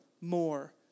more